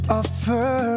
offer